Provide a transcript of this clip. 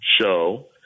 show